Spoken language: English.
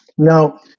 Now